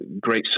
great